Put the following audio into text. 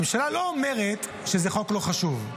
הממשלה לא אומרת שזה חוק לא חשוב,